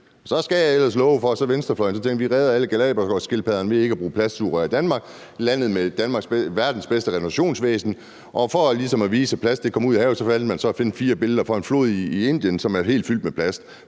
så skal jeg ellers love for, at venstrefløjen tænkte, at den ville redde alle Galapagosskildpadder ved ikke at bruge plastsugerør i Danmark – landet med verdens bedste renovationsvæsen. For ligesom at vise, at der kommer plast ud i havet, vælger man så at finde fire billeder fra en flod i Indien, som er helt fyldt med plast,